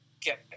get